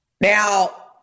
Now